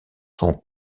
sont